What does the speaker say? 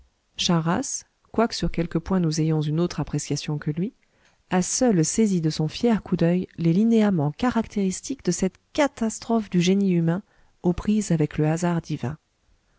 charras quoique sur quelques points nous ayons une autre appréciation que lui a seul saisi de son fier coup d'oeil les linéaments caractéristiques de cette catastrophe du génie humain aux prises avec le hasard divin